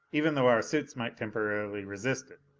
even though our suits might temporarily resist it.